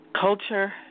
culture